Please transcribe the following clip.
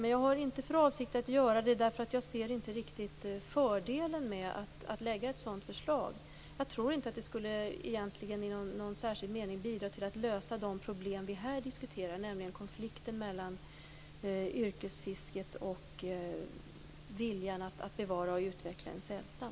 Men jag har inte för avsikt att göra det, därför att jag inte riktigt ser fördelen med att lägga fram ett sådant förslag. Jag tror inte att det i någon särskild mening bidrar till att lösa de problem vi här diskuterar, nämligen konflikten mellan yrkesfisket och viljan att bevara och utveckla en sälstam.